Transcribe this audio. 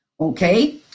Okay